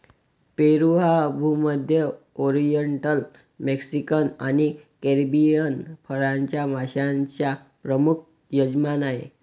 पेरू हा भूमध्य, oriental, Mexican आणि कॅरिबियन फळांच्या माश्यांचा प्रमुख यजमान आहे